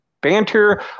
banter